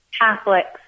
Catholics